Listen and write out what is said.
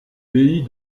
pays